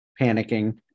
panicking